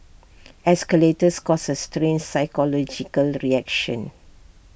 escalators cause A strange psychological reaction